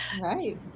Right